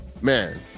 man